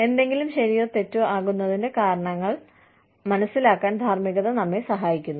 എന്തെങ്കിലും ശരിയോ തെറ്റോ ആകുന്നതിന്റെ കാരണങ്ങൾ മനസ്സിലാക്കാൻ ധാർമ്മികത നമ്മെ സഹായിക്കുന്നു